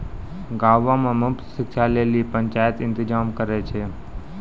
गांवो मे मुफ्त शिक्षा लेली पंचायत इंतजाम करै छै